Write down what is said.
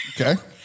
Okay